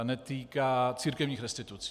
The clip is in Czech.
netýká církevních restitucí.